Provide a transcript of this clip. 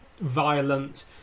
violent